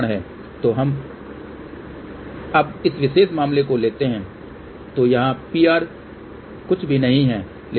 तो अगर हम अब इस विशेष मामले को लेते हैं तो यहाँ पीआर कुछ भी नहीं है लेकिन